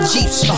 Jeeps